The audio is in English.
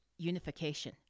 unification